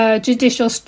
Judicial